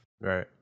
Right